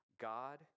God